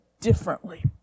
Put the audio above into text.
differently